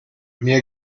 mir